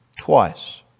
twice